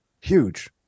Huge